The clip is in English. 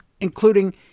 Including